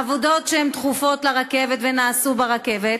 עבודות שהן דחופות לרכבת ונעשו ברכבת,